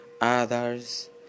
others